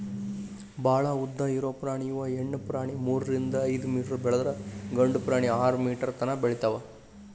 ಭಾಳ ಉದ್ದ ಇರು ಪ್ರಾಣಿ ಇವ ಹೆಣ್ಣು ಪ್ರಾಣಿ ಮೂರರಿಂದ ಐದ ಮೇಟರ್ ಬೆಳದ್ರ ಗಂಡು ಪ್ರಾಣಿ ಆರ ಮೇಟರ್ ತನಾ ಬೆಳಿತಾವ